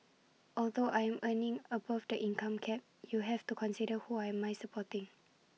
although I am earning above the income cap you have to consider who I am supporting